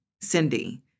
Cindy